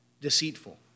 deceitful